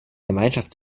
gemeinschaft